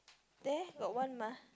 there got one mah